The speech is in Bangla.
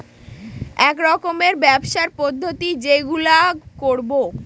এক রকমের ব্যবসার পদ্ধতি যেইগুলো করবো